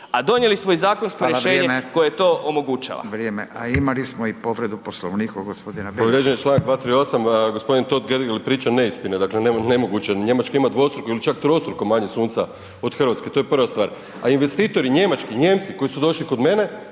A donijeli smo i zakonsko rješenje koje to omogućava.